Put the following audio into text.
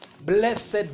Blessed